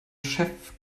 chef